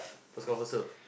first come first serve